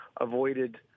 avoided